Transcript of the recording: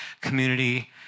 community